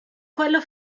quello